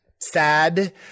Sad